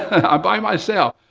i'm by myself.